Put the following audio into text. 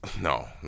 no